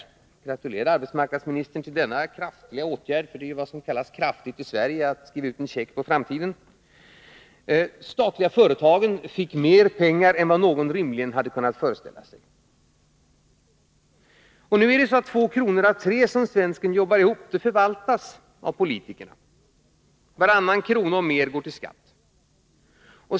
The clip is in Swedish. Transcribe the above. Jag gratulerar arbetsmarknadsministern till denna kraftiga åtgärd — för det som kallas kraftigt i Sverige är ju att skriva ut en check på framtiden. De statliga företagen fick också mer pengar än vad någon rimligen hade kunnat föreställa sig. Två kronor av tre som svensken jobbar ihop förvaltas av politikerna. Varannan krona och mer går till skatt.